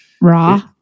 Raw